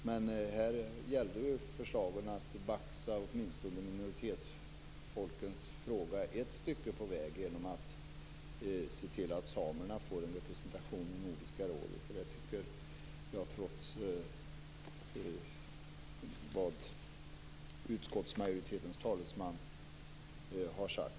Men här gällde förslagen att baxa frågan om minoritetsfolken åtminstone ett stycke på väg genom att se till att samerna får representation i Nordiska rådet. Den uppfattningen kvarstår, trots vad utskottsmajoritetens talesman har sagt.